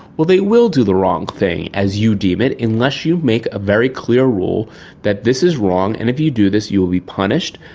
well, they will do the wrong thing, as you deem it, unless you make a very clear rule that this is wrong and if you do this you will be punished,